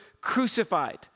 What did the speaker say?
crucified